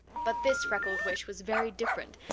but this freckled witch was very different,